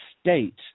state